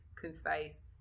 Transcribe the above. concise